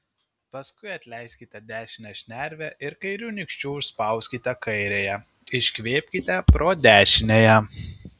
paskui atleiskite dešinę šnervę ir kairiu nykščiu užspauskite kairiąją iškvėpkite pro dešiniąją